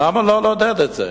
למה לא לעודד את זה?